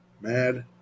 Mad